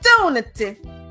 opportunity